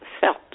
felt